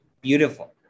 beautiful